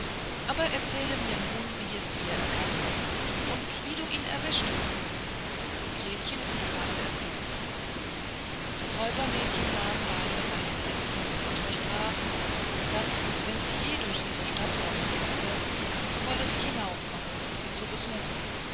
aber erzähle mir nun wie es dir ergangen ist und wie du ihn erwischt hast gretchen und karl erzählten das räubermädchen nahm beide bei den händen und versprach daß wenn sie je durch ihre stadt kommen sollte so wolle sie hinaufkommen sie zu besuchen